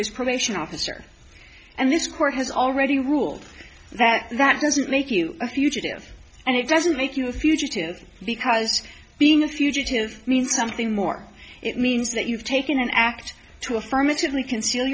his probation officer and this court has already ruled that that doesn't make you a fugitive and it doesn't make you a fugitive because being a fugitive means something more it means that you've taken an act to affirmative